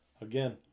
again